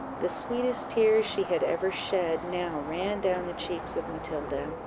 the sweetest tears she had ever shed now ran down the cheeks of matilda,